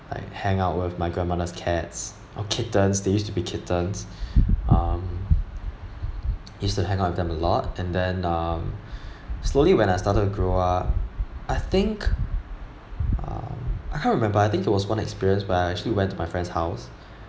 like hang out with my grandmother's cats or kittens they used to be kittens um used to hang out with them a lot and then um slowly when I started to grow up I think um I can't remember I think it was one experience when I actually went to my friend's house